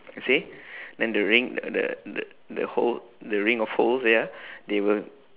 you see then the ring the the the the hole the ring of holes ya they will